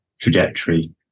trajectory